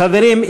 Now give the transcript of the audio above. חברים,